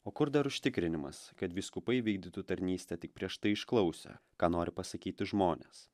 o kur dar užtikrinimas kad vyskupai vykdytų tarnystę tik prieš tai išklausę ką nori pasakyti žmonės